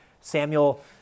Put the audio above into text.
Samuel